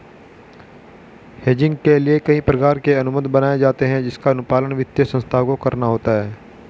hedging के लिए कई प्रकार के अनुबंध बनाए जाते हैं जिसका अनुपालन वित्तीय संस्थाओं को करना होता है